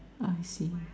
I see